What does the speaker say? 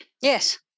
Yes